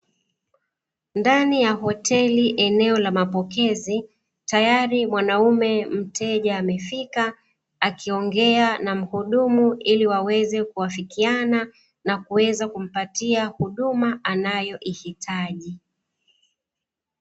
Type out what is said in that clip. Ndani ya hoteli eneo la mapokezi tayari mwanaume mteja amefika akiongea na muhudumu ili waweze kuafikiana na kuweza kumpatia huduma anayoihitaji.